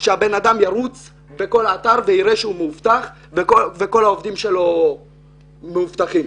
שהקבלן ירוץ לאתר על מנת לבדוק שכל העובדים שלו מאובטחים.